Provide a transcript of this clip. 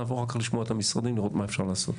אז נעבור רק לשמוע את המשרדים לראות מה אפשר לעשות.